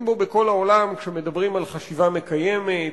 בו בכל העולם כשמדברים על חשיבה מקיימת,